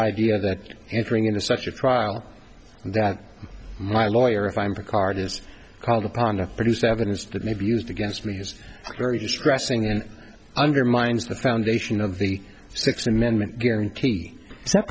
idea that entering into such a trial that my lawyer if i'm for card is called upon to produce evidence that may be used against me is very distressing and undermines the foundation of the sixth amendment guarantee